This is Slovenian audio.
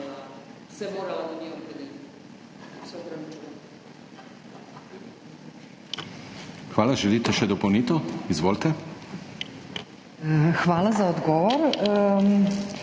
Hvala za odgovor.